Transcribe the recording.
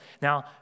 Now